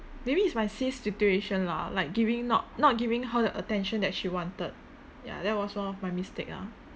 maybe it's my sis situation lah like giving not not giving her the attention that she wanted ya that was one of my mistake ah